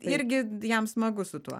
irgi jam smagu su tuo